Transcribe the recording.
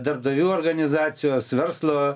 darbdavių organizacijos verslo